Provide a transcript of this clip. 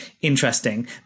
interesting